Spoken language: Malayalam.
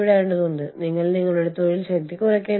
അവിടെ Y സ്ഥാപനം ആളുകളെ അയയ്ക്കുന്നു